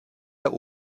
der